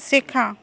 শেখা